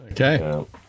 Okay